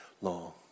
long